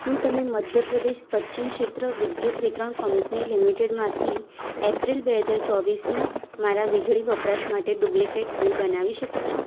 શું તમે મધ્ય પ્રદેશ પશ્ચિમ ક્ષેત્ર વિદ્યુત વિતરણ કંપની લિમિટેડમાંથી એપ્રિલ બે હજાર ચોવીસના મારા વીજળી વપરાશ માટે ડુપ્લિકેટ બિલ બનાવી શકો છો